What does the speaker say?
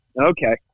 Okay